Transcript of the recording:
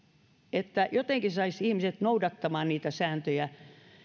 että jotenkin saisi ihmiset noudattamaan niitä sääntöjä